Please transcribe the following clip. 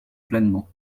pleinement